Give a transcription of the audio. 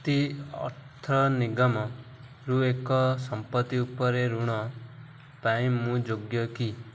ଶକ୍ତି ଅର୍ଥ ନିଗମରୁ ଏକ ସମ୍ପତ୍ତି ଉପରେ ଋଣ ପାଇଁ ମୁଁ ଯୋଗ୍ୟ କି